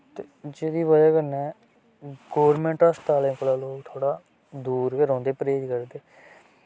ते जेह्दी वजह् कन्नै गोरमैंट हस्पतालें कोला लोक थोह्ड़ा दूर गै रौंह्दे परहेज करदे